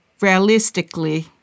realistically